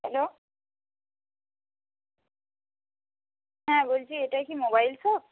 hello হ্যাঁ বলছি এটা কি মোবাইল শপ